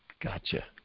Gotcha